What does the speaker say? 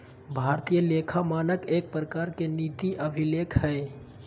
भारतीय लेखा मानक एक प्रकार के नीति अभिलेख हय